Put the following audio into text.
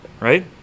right